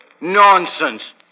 Nonsense